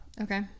Okay